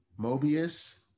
Mobius